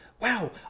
wow